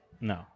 No